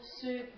soup